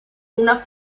una